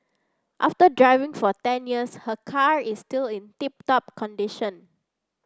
after driving for ten years her car is still in tip top condition